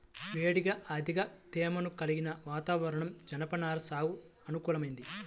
వేడిగా అధిక తేమను కలిగిన వాతావరణం జనపనార సాగుకు అనుకూలమైంది